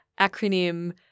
acronym